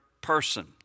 person